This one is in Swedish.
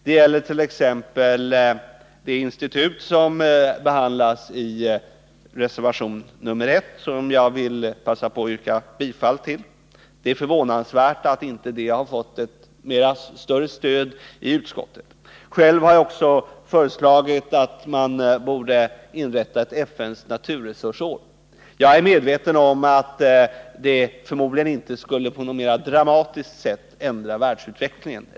Det gäller t.ex. det institut som behandlas i reservation 1, som jag vill passa på att yrka bifall till. Det är förvånansvärt att det inte har fått större stöd i utskottet. Själv har jag också föreslagit att man borde inrätta ett FN:s naturresursår. Jag är medveten om att ett sådant år förmodligen inte på något dramatiskt sätt skulle förändra världsutvecklingen.